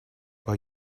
but